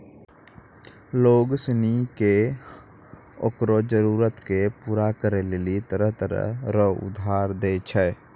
लोग सनी के ओकरो जरूरत के पूरा करै लेली तरह तरह रो उधार दै छै